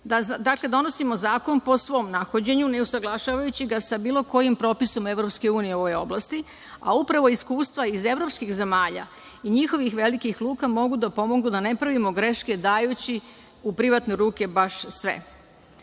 EU. Donosimo zakon po svom nahođenju, ne usaglašavajući ga sa bilo kojim propisom EU u ovoj oblasti, a upravo iskustava iz evropsikih zemalja i njihovih velikih luka mogu da pomognu da ne pravimo greške dajući u privatne ruke baš sve. Na